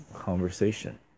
conversation